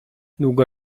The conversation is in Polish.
długo